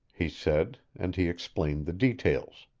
he said and he explained the details.